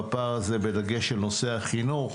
בפער הזה בדגש על נושא החינוך,